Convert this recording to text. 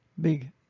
big